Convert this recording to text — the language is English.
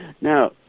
Now